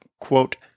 quote